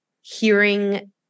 hearing